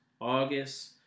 August